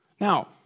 Now